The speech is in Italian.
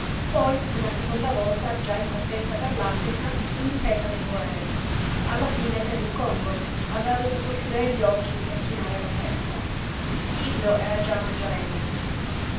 poi una seconda volta già in partenza per l'africa in difesa dei boeri alla fine per il congo aveva dovuto chiudere gli occhi e chinare la testa sirio era già maggiorenne